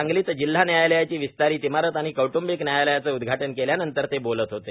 सांगलीत जिल्हा न्यायालयाची विस्तारित इमारत आणि कौटुंबिक न्यायालयाचे उदघाटन केल्यानंतर ते बोलत होते